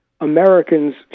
Americans